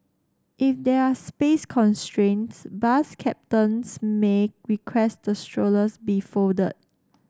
if there are space constraints bus captains may request the strollers be folded